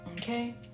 Okay